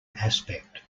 aspect